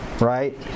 right